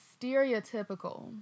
stereotypical